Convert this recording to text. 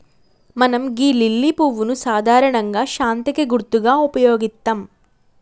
మనం గీ లిల్లీ పువ్వును సాధారణంగా శాంతికి గుర్తుగా ఉపయోగిత్తం